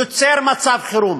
יוצר מצב חירום